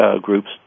groups